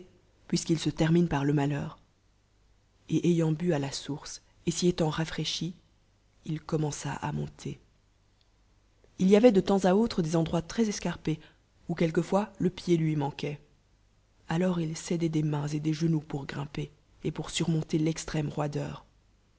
puisqu'il se termine par le malheur ct ayant bu à la source et s'y étant rafraichi il commença à monter il y o oil de temps à autredesendroits trés escarpés où quelqucfois le pied lni manquoit alors il s'aidoit des mains et des genoux pour grimper et pour surmonter l'extréme roideur